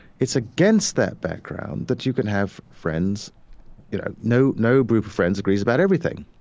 it's against that background that you can have friends you know, no no group of friends agrees about everything.